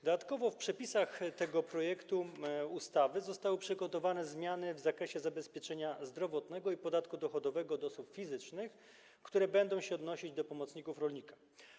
Dodatkowo w przepisach tego projektu ustawy zostały przygotowane zmiany w zakresie zabezpieczenia zdrowotnego i podatku dochodowego od osób fizycznych, które będą się odnosić do pomocników rolnika.